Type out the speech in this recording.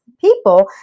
people